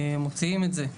מוציאים את זה.